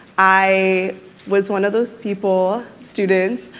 i was one of those people, students,